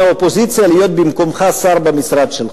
האופוזיציה להיות במקומך שר במשרד שלך,